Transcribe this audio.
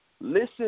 Listen